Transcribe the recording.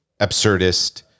absurdist